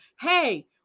Hey